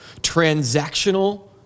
transactional